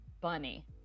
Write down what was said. Bunny